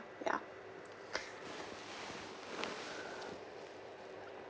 ya